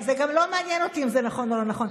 זה גם לא מעניין אותי אם זה נכון או לא נכון.